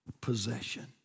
possession